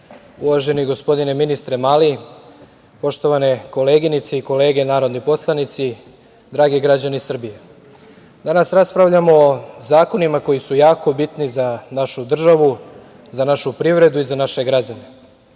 gospodine ministre Mali, poštovane koleginice i kolege narodni poslanici, dragi građani Srbije, danas raspravljamo o zakonima koji su jako bitni za našu državu, za našu privredu i za naše građane. Pred